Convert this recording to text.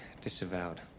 disavowed